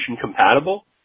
compatible